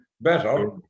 better